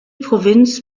provinz